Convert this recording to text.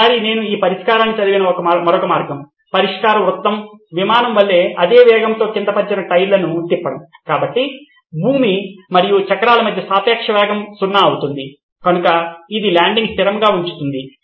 ఒక సారి నేను ఈ పరిష్కారానికి చదివిన మరొక మార్గం పరిష్కారవృత్తము విమానం వలె అదే వేగంతో క్రింద పరచిన టైర్లను తిప్పడం కాబట్టి భూమి మరియు చక్రాల మధ్య సాపేక్ష వేగం సున్నా అవుతుంది కనుక ఇది ల్యాండింగ్ స్థిరంగా ఉంచుతుంది